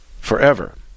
forever